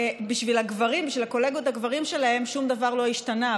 בשביל הקולגות הגברים שלהן שום דבר לא השתנה,